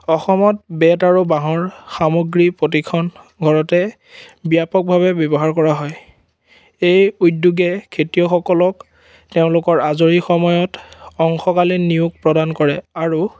অসমত বেত আৰু বাঁহৰ সামগ্ৰী প্ৰতিখন ঘৰতে ব্যাপকভাৱে ব্যৱহাৰ কৰা হয় এই উদ্যোগে খেতিয়কসকলক তেওঁলোকৰ আজৰি সময়ত অংশকালীন নিয়োগ প্ৰদান কৰে আৰু